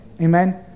Amen